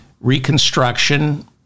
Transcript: Reconstruction